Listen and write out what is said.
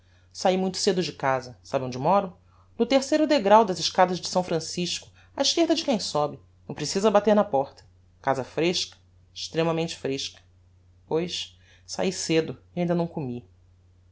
saí muito cedo de casa sabe onde moro no terceiro degráu das escadas de s francisco á esquerda de quem sobe não precisa bater na porta casa fresca extremamente fresca pois saí cedo e ainda não comi